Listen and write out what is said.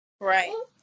right